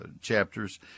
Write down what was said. chapters